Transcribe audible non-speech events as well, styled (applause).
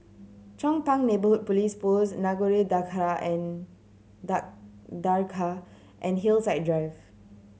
Chong Pang Neighbourhood Police Post Nagore Dargah and (unintelligible) and Hillside and Drive